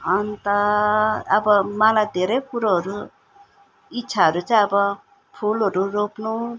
अन्त अब मलाई धेरै कुरोहरू इच्छाहरू चाहिँ अब फुलहरू रोप्नु